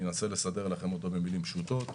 אני אנסה לסדר לכם אותו במילים פשוטות,